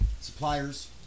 suppliers